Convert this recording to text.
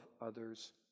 others